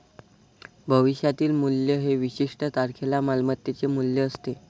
भविष्यातील मूल्य हे विशिष्ट तारखेला मालमत्तेचे मूल्य असते